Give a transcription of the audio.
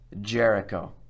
Jericho